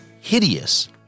hideous